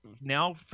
now